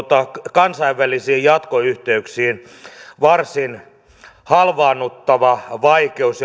kansainvälisiin jatkoyhteyksiin varsin halvaannuttava vaikutus